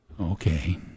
Okay